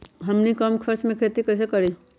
हमनी कम खर्च मे खेती कई से करी?